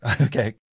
okay